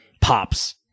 pops